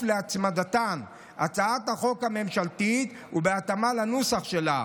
להצמדתן להצעת החוק הממשלתית ובהתאמה לנוסח שלה,